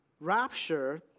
rapture